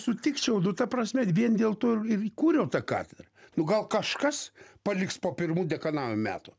sutikčiau nu ta prasme vien dėl to ir ir įkūrėm tą katedrą nu gal kažkas paliks po pirmų dekanavimo metų